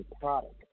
product